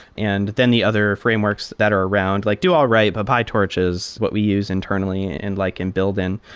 and then the other frameworks that are around like do all right, but pytorch is what we use internally and like in building.